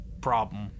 problem